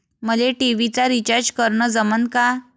मले टी.व्ही चा रिचार्ज करन जमन का?